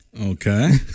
Okay